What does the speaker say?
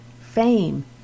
fame